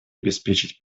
обеспечить